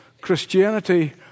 Christianity